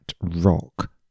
rock